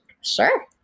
Sure